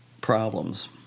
problems